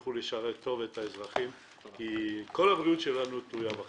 תמשיכו לשרת היטב את האזרחים כי כל הבריאות שלנו תלויה בכם.